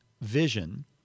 vision